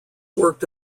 worked